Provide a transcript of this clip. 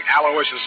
Aloysius